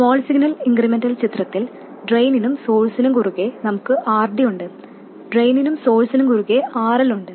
small signal incremental ചിത്രത്തിൽ ഡ്രെയിനിനും സോഴ്സിനും കുറുകെ നമുക്ക് RD ഉണ്ട് ഡ്രെയിനിലും സോഴ്സിനും കുറുകെ RL ഉണ്ട്